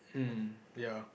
hmm ya